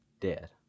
dead